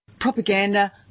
propaganda